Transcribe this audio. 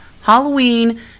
Halloween